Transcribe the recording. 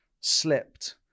slipped